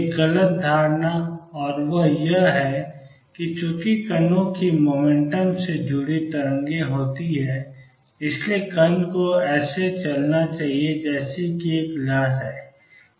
एक गलत धारणा और वह यह है कि चूंकि कणों की मोमेंटम से जुड़ी तरंगें होती हैं इसलिए कण को ऐसे चलना चाहिए जैसे कि एक लहर है